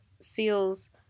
seals